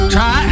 Try